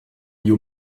you